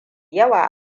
yawa